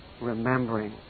remembering